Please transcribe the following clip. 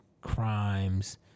crimes